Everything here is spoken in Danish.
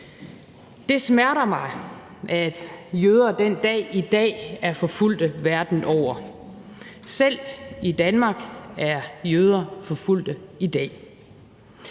Det smerter mig, at jøder den dag i dag er forfulgt verden over. Selv i Danmark er jøder forfulgt i dag.